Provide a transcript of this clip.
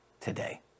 today